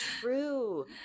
true